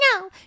no